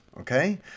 okay